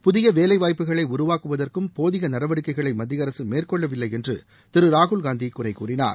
புதிய வேலை வாய்ப்புகளை உருவாக்குவதற்கும் போதிய நடவடிக்கைகளை மத்திய அரசு மேற்கொள்ளவில்லை என்று திரு ராகுல்காந்தி குறைகூறினார்